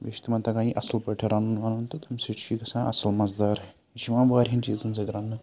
بیٚیہِ چھِ تِمَن تَگان یہِ اَصٕل پٲٹھۍ رَنُن وَنُن تہٕ تمہِ سۭتۍ چھُ یہِ گژھان اَصٕل مزٕدار یہِ چھُ یِوان وارِیاہَن چیٖزَن سۭتۍ رَننہٕ